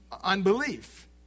Unbelief